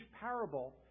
parable